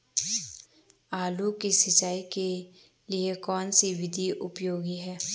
आलू की सिंचाई के लिए कौन सी विधि उपयोगी है?